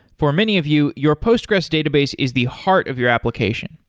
for many of you, your postgressql database is the heart of your application.